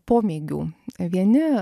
pomėgių vieni